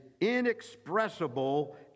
inexpressible